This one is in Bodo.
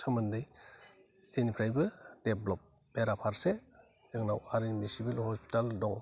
सोमोन्दै जोंनिफ्रायबो देब्लब बेराफारसे जोंनाव R N B civil hospital दं